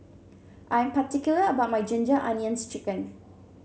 I am particular about my Ginger Onions chicken